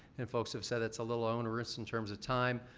and, folks have said that's a little onerous in terms of time.